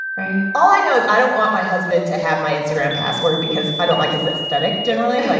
right all i know is i don't want my husband to have my instagram password because i don't like his aesthetic generally, like